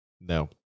No